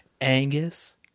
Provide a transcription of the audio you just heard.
Angus